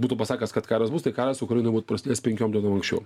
būtų pasakęs kad karas bus tai karas ukrainoj būtų prasdėjęs penkiom dienom anksčiau